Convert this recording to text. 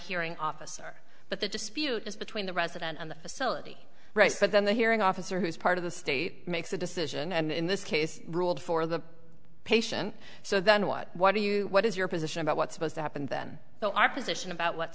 hearing officer but the dispute is between the president and the facility right but then the hearing officer who is part of the state makes a decision and in this case ruled for the patient so then what do you what is your position about what's supposed to happen then so our position about what's